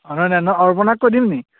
অৰ্পণাক কৈ দিমনি